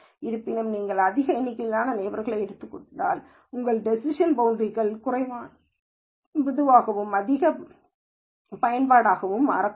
இருப்பினும் நீங்கள் அதிக எண்ணிக்கையிலான நெய்பர்ஸை எடுத்துக் கொண்டால் உங்கள் டேசிஷன் பௌன்ட்ரீ கள் குறைவான மிருதுவானதாகவும் அதிகமான பயன்பாடாகவும் மாறக்கூடும்